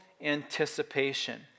anticipation